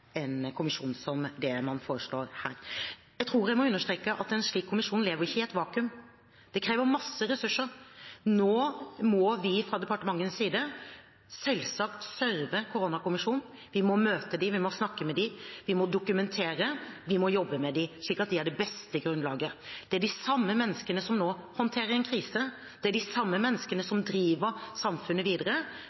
slik kommisjon ikke lever i et vakuum. Det krever masse ressurser. Nå må vi fra departementets side selvsagt serve koronakommisjonen. Vi må møte dem, vi må snakke med dem, vi må dokumentere, vi må jobbe med dem – slik at de har det beste grunnlaget. Det er de samme menneskene som nå håndterer en krise, de samme menneskene som driver samfunnet videre, og det er de samme menneskene som